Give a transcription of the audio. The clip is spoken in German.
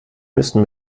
müssen